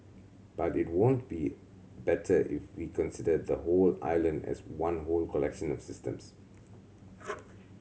but it won't be better if we consider the whole island as one whole collection of systems